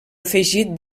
afegit